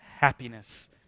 happiness